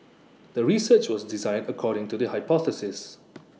the research was designed according to the hypothesis